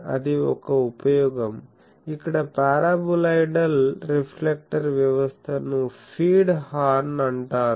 అది ఒక ఉపయోగం ఇక్కడ పారాబొలోయిడల్ రిఫ్లెక్టర్ వ్యవస్థను ఫీడ్ హార్న్ అంటారు